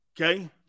Okay